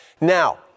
Now